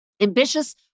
Ambitious